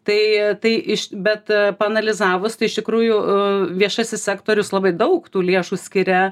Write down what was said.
tai tai iš bet paanalizavus iš tikrųjų viešasis sektorius labai daug tų lėšų skiria